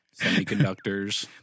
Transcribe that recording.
semiconductors